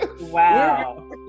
wow